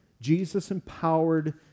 Jesus-empowered